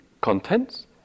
contents